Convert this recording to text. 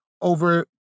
over